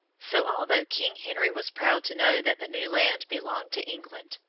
so, although king henry was proud to know that the new land belonged to england,